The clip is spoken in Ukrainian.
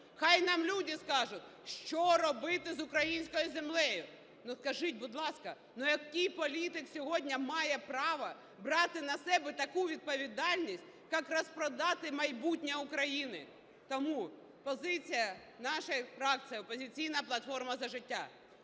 Нехай нам люди скажуть, що робити з українською землею. Скажіть, будь ласка, ну, який політик сьогодні має право брати на себе таку відповідальність, як розпродати майбутнє України. Тому позиція нашої фракції "Опозиційна платформа - За життя".